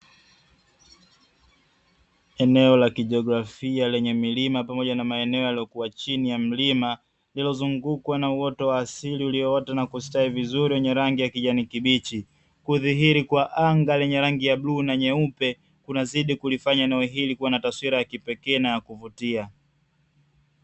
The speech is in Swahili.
Eneo la kijiografia lenye milima pamoja na maeneo yaliyokuwa chini ya mlima, lililozungukwa na uoto wa asili ulioota na kustawi vizuri wenye rangi ya kijani kibichi, kudhihiri kwa anga lenye rangi ya bluu na nyeupe kunazidi kulifanya eneo hili kuwa na taswira ya kipekee na ya kuvutia.